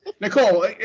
Nicole